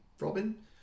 Robin